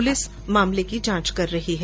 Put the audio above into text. police मामले की जांच कर रही है